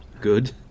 Good